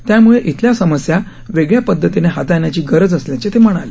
त्यामुळे इथल्या समस्या वेगळ्यापद्धतीने हाताळण्याची गरज असल्याचे ते म्हणाले